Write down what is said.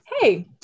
hey